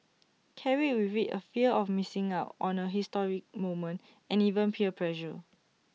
carried with IT A fear of missing out on A historic moment and even peer pressure